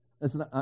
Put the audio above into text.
Listen